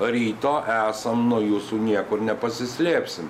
ryto esam nuo jūsų niekur nepasislėpsim